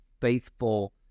faithful